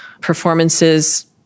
performances